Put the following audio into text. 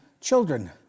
children